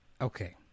Okay